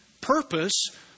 purpose